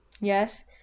Yes